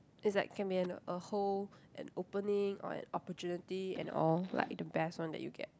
it's like can be an a whole an opening or an opportunity and all like the best one that you get